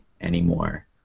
anymore